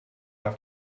have